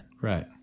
Right